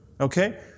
Okay